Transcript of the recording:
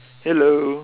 hello